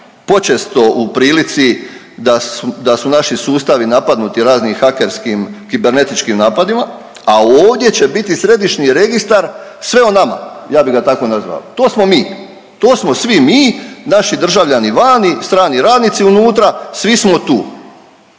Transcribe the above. počesto u prilici da su naši sustavi napadnuti raznim hakerskim kibernetičkim napadima, a ovdje će središnji registar sve o nama, ja bi ga tako nazvao. To smo mi, to smo svi mi, naši državljani vani, strani radnici unutra, svi smo tu.